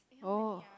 oh